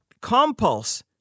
Compulse